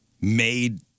made